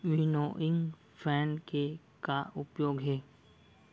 Winnowing fan के का उपयोग हे?